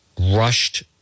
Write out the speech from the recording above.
rushed